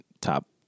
top